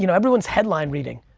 you know everybody's headline reading.